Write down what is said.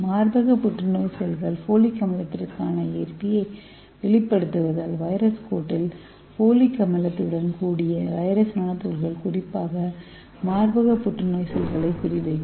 மார்பக புற்றுநோய் செல்கள் ஃபோலிக் அமிலத்திற்கான ஏற்பியை வெளிப்படுத்துவதால் வைரஸ் கோட்டில் ஃபோலிக் அமிலத்துடன் கூடிய வைரஸ் நானோ துகள்கள் குறிப்பாக மார்பக புற்றுநோய் செல்களை குறிவைக்கும்